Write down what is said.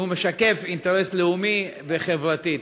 שמשקף אינטרס לאומי וחברתי.